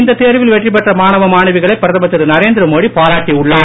இந்த தேர்வில் வெற்றி பெற்ற மாணவ மாணவிகளை பிரதமர் திரு நரேந்திரமோடி பாராட்டி உள்ளார்